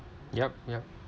yup yup